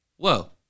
Whoa